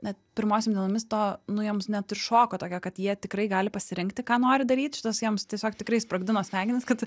net pirmosiom dienomis to nu jiems net ir šoko tokio kad jie tikrai gali pasirinkti ką nori daryt šitas jiems tiesiog tikrai sprogdino smegenis kad